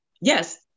yes